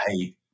Hey